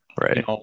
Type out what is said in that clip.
right